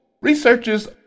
Researchers